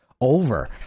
over